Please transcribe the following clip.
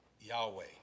Yahweh